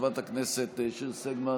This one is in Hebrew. חברת הכנסת מיכל שיר סגמן.